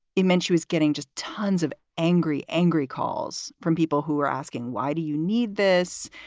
it meant she was getting just tons of angry, angry calls from people who were asking, why do you need this?